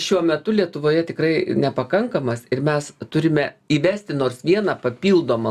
šiuo metu lietuvoje tikrai nepakankamas ir mes turime įvesti nors vieną papildomą